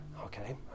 Okay